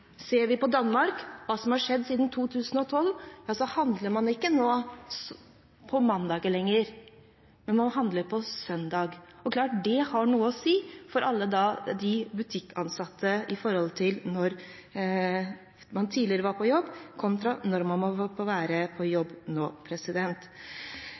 Ser vi på Danmark og hva som har skjedd der siden 2012, handler man ikke på mandag lenger, men man handler på søndag. Det er klart at det har noe å si for alle de butikkansatte med tanke på når man må være på jobb nå i forhold til når man tidligere var på jobb.